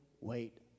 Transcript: wait